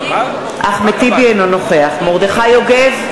אינו נוכח מרדכי יוגב,